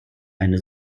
eine